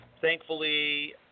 thankfully